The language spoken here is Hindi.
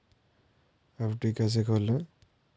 एफ.डी कैसे खोलें?